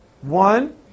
One